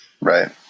Right